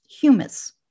humus